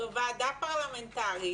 זו ועדה פרלמנטרית,